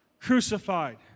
crucified